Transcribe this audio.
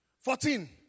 Fourteen